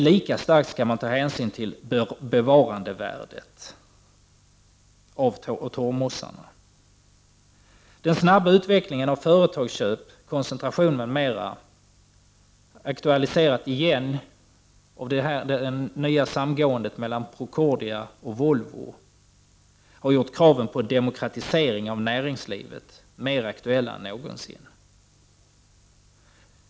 Lika starkt skall hänsyn tas till torvmossarna bevarandevärde. Den snabba utvecklingen av företagsköp, koncentration, m.m. , aktualiserad av samgåendet mellan Procordia och Volvo, har gjort kraven på demokratisering av näringslivet mer aktuella än någonsin.